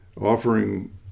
offering